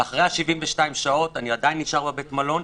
ואחרי 72 שעות אני עדיין נשאר בבית מלון,